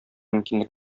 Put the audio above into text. мөмкинлек